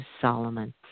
Solomon